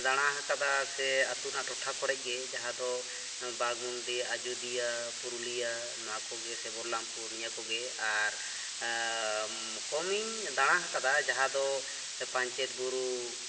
ᱫᱟᱬᱟ ᱦᱟᱠᱟᱫᱟ ᱥᱮ ᱟᱹᱛᱩ ᱨᱮᱱᱟᱜ ᱴᱚᱴᱷᱟ ᱠᱚᱨᱮᱜᱮ ᱡᱟᱦᱟᱸ ᱫᱚ ᱵᱟᱜᱽᱢᱩᱱᱰᱤ ᱟᱡᱳᱫᱤᱭᱟᱹ ᱯᱩᱨᱩᱞᱤᱭᱟᱹ ᱱᱚᱣᱟ ᱠᱚᱜᱮ ᱥᱮ ᱵᱚᱞᱞᱟᱢᱯᱩᱨ ᱱᱤᱭᱟᱹ ᱠᱚᱜᱮ ᱟᱨ ᱠᱚᱢᱤᱧ ᱫᱟᱬᱟᱦᱟᱠᱟᱫᱟ ᱡᱟᱦᱟᱸ ᱫᱚ ᱯᱟᱧᱪᱮᱛ ᱵᱩᱨᱩ